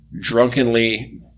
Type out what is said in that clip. drunkenly